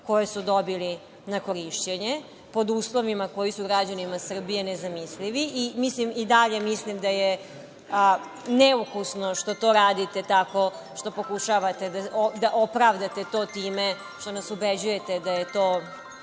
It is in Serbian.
koje su dobili na korišćenje, pod uslovima kojima su građanima Srbije nezamislivi, i mislim i dalje da je neukusno što to radite tako što pokušavate da opravdate to time što nas ubeđujete da je to